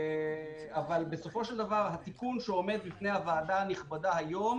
התיקון שעומד בפני הוועדה הנכבד היום